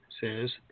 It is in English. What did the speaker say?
says